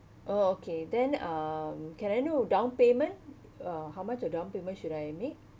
oh okay then um can I know down payment uh how much of down payment should I make